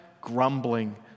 Grumbling